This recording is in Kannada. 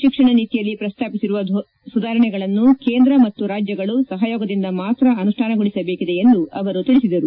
ಶಿಕ್ಷಣ ನೀತಿಯಲ್ಲಿ ಪ್ರಸ್ತಾಪಿಸಿರುವ ಸುಧಾರಣೆಗಳನ್ನು ಕೇಂದ್ರ ಮತ್ತು ರಾಜ್ಯಗಳು ಸಹಯೋಗದಿಂದ ಮಾತ್ರ ಅನುಷ್ಠಾನಗೊಳಿಸಬೇಕಿದೆ ಎಂದು ತಿಳಿಸಿದರು